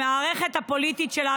המערכת הפוליטית שלה.